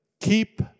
Keep